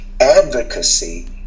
advocacy